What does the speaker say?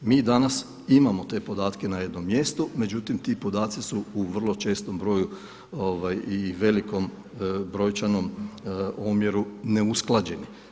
Mi danas imamo te podatke na jednom mjestu, međutim tim podaci su u vrlo čestom broju i velikom brojčanom omjeru ne usklađeni.